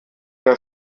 der